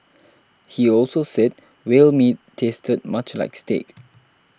he also said whale meat tasted much like steak